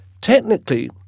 Technically